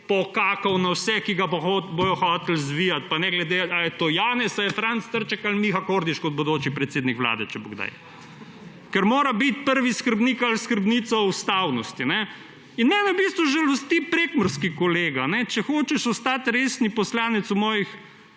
pokakal na vse, ki ga bodo hoteli zvijati, ne glede, ali je to Janez ali je Franc Trček ali Miha Kordiš kot bodoči predsednik vlade, če bo kdaj. Ker mora biti prvi skrbnik ali skrbnica ustavnosti. Mene v bistvu žalosti prekmurski kolega. Če hočeš ostati resen poslanec v mojih